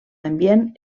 ambient